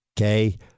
Okay